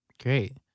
Great